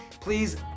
please